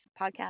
podcast